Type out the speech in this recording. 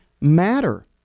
matter